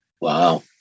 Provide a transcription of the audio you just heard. Wow